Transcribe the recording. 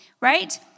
right